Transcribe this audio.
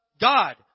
God